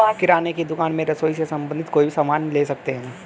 किराने की दुकान में रसोई से संबंधित कोई भी सामान ले सकते हैं